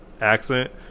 accent